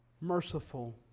merciful